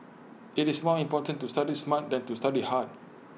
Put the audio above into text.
IT is more important to study smart than to study hard